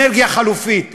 אנרגיה חלופית.